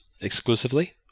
exclusively